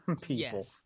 people